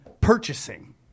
purchasing